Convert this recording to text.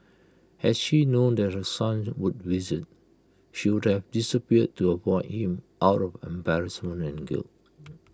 had she known that her son would visit she would have disappeared to avoid him out of embarrassment and guilt